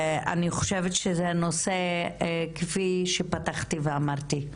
כפי שפתחתי ואמרתי,